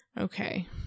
Okay